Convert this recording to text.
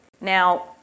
Now